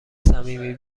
صمیمی